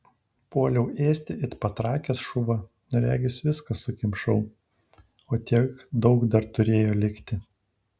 puoliau ėsti it patrakęs šuva regis viską sukimšau o tiek daug dar turėjo likti